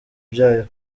byayo